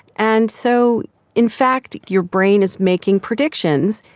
and so in fact your brain is making predictions,